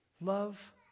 Love